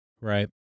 Right